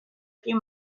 few